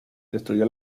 destruyó